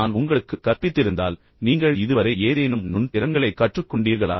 நான் உங்களுக்குக் கற்பித்திருந்தால் நீங்கள் இதுவரை ஏதேனும் நுண் திறன்களைக் கற்றுக்கொண்டீர்களா